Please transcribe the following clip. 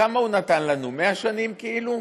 כמה הוא נתן לנו, 100 שנים כאילו?